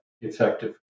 effective